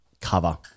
cover